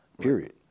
period